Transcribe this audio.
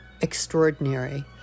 extraordinary